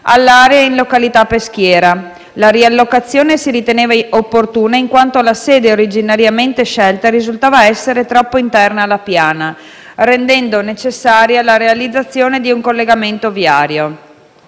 all'area in località Peschiera. La riallocazione si riteneva opportuna in quanto la sede originariamente scelta risultava essere troppo interna alla piana, rendendo necessaria la realizzazione di un collegamento viario,